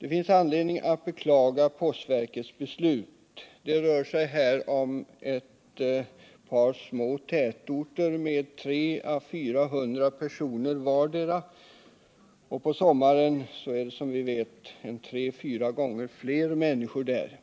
Det finns anledning att beklaga postverkets beslut. Det rör sig här om ett par små tätorter med 300 ä 400 invånare vardera. På sommaren finns det, som vi vet, tre å fyra gånger fler människor där.